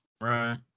Right